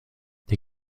der